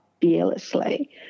fearlessly